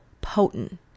potent